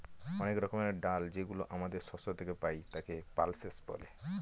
অনেক রকমের ডাল যেগুলো আমাদের শস্য থেকে পাই, তাকে পালসেস বলে